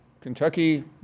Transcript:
Kentucky